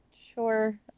Sure